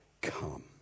come